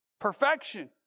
Perfection